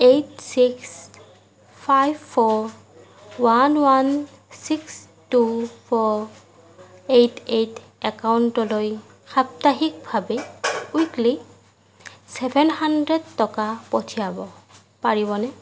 eight six five four one one six two four eight eight একাউণ্টলৈ সাপ্তাহিকভাৱে weekly seven hundred টকা পঠিয়াব পাৰিবনে